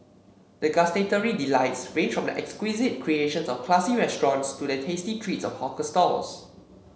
the gustatory delights range from the exquisite creations of classy restaurants to the tasty treats of hawker stalls